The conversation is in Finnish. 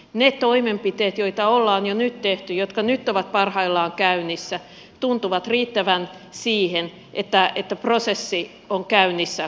ne toimenpiteet joita ollaan jo nyt tehty jotka nyt ovat parhaillaan käynnissä tuntuvat riittävän siihen että prosessi on käynnissä koko ajan